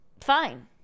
fine